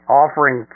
offering